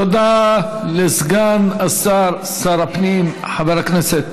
תודה לסגן שר הפנים חבר הכנסת